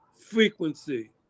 frequency